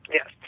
Yes